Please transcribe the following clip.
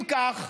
אם כן,